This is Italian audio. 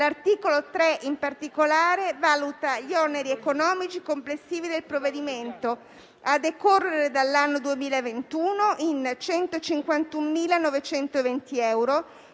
L'articolo 3, in particolare, valuta gli oneri economici complessivi del provvedimento, a decorrere dall'anno 2021, in 151.920 euro,